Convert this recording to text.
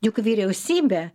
juk vyriausybė